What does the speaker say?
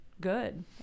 good